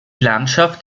landschaft